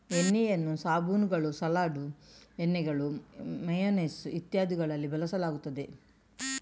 ಎಣ್ಣೆಯನ್ನು ಸಾಬೂನುಗಳು, ಸಲಾಡ್ ಎಣ್ಣೆಗಳು, ಮೇಯನೇಸ್ ಇತ್ಯಾದಿಗಳಲ್ಲಿ ಬಳಸಲಾಗುತ್ತದೆ